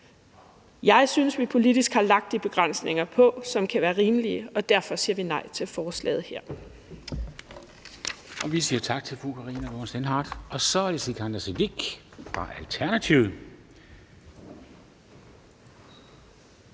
Jeg synes, vi politisk har lagt de begrænsninger på, som kan være rimelige, og derfor siger vi nej til forslaget her.